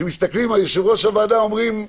כשמסתכלים על יושב ראש הוועדה, אומרים,